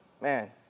Man